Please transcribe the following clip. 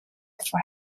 for